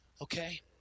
Okay